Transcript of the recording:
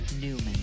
Newman